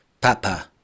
Papa